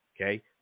Okay